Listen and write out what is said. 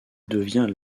devient